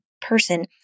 person